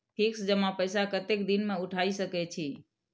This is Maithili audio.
फिक्स जमा पैसा कतेक दिन में उठाई सके छी?